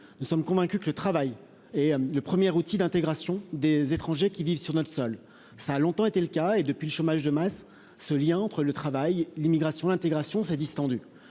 nous sommes convaincus que le travail est le premier outil d'intégration des étrangers qui vivent sur notre sol ça a longtemps été le cas, et depuis, le chômage de masse, ce lien entre le travail, l'immigration, l'intégration s'est distendu,